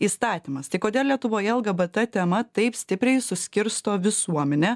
įstatymas tai kodėl lietuvoje lgbt tema taip stipriai suskirsto visuomenę